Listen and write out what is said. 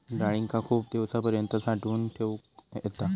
डाळींका खूप दिवसांपर्यंत साठवून ठेवक येता